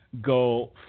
go